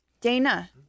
Dana